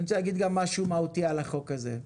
אני רוצה להגיד גם משהו מהותי על החוק הזה.